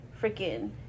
freaking